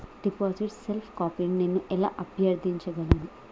Deposit slip కాపీని నేను ఎలా అభ్యర్థించగలను?